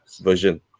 version